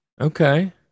Okay